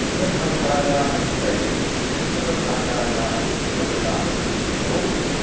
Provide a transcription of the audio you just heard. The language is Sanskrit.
अन्यभाषायाः विस्तारे संस्कृतभाषायाः योगदानं बहु विद्यते